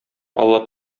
алла